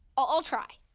i'll try.